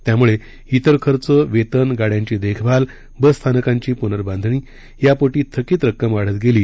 त्यामुळे इतर खर्च वेतन गाड्यांची देखभाल बसस्थानकांची पुनर्बांधणी यापोटी थकीत रक्कम वाढत गेली